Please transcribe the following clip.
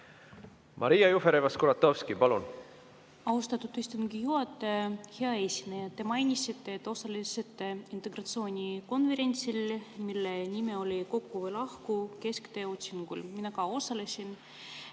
Maria Jufereva-Skuratovski, palun!